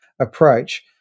approach